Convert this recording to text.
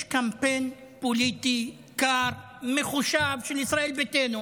יש קמפיין פוליטי קר, מחושב, של ישראל ביתנו,